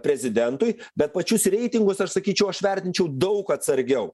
prezidentui bet pačius reitingus aš sakyčiau aš vertinčiau daug atsargiau